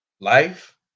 life